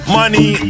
money